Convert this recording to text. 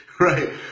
Right